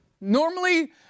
normally